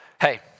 Hey